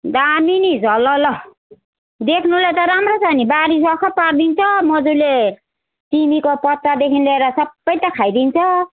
दामी नि झलल देख्नुलाई त राम्रो छ नि बारी सखाप पारिदिन्छ मजुरले सिमीको पत्तादेखि लिएर सबै त खाइदिन्छ